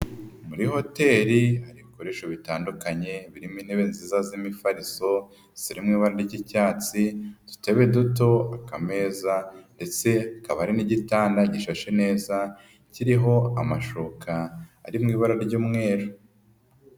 Muri hoteli hari ibikoresho bitandukanye ,birimo intebe nziza z'imifariso, ziri mu ibara ry'icyatsi, udutebe duto, akameza ndetse hakaba hari n'igitanda gishashe neza kiriho amashuka ari mu ibara ry'umweru.